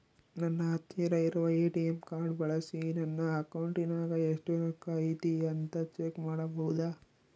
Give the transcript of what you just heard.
ನನ್ನ ಹತ್ತಿರ ಇರುವ ಎ.ಟಿ.ಎಂ ಕಾರ್ಡ್ ಬಳಿಸಿ ನನ್ನ ಅಕೌಂಟಿನಾಗ ಎಷ್ಟು ರೊಕ್ಕ ಐತಿ ಅಂತಾ ಚೆಕ್ ಮಾಡಬಹುದಾ?